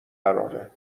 قراره